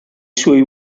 suoi